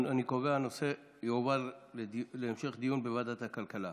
אני קובע שהנושא יועבר להמשך דיון בוועדת הכלכלה.